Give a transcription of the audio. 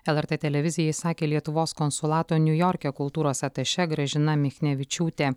lrt televizijai sakė lietuvos konsulato niujorke kultūros atašė gražina michnevičiūtė